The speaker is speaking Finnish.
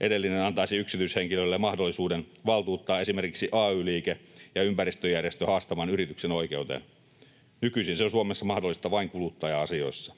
Edellinen antaisi yksityishenkilöille mahdollisuuden valtuuttaa esimerkiksi ay-liike ja ympäristöjärjestö haastamaan yrityksen oikeuteen. Nykyisin se on Suomessa mahdollista vain kuluttaja-asioissa.